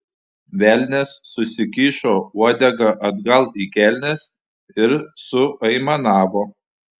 velnias susikišo uodegą atgal į kelnes ir suaimanavo